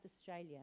Australia